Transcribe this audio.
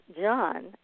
John